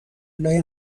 لای